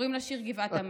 קוראים לשיר "גבעת עמל".